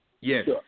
Yes